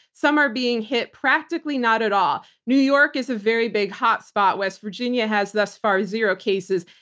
some are being hit practically not at all. new york is a very big hot spot. west virginia has thus far zero cases.